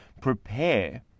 prepare